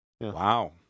Wow